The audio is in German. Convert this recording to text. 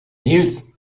nils